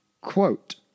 Quote